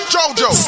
JoJo